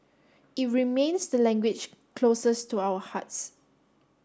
it remains the language closest to our hearts